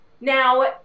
now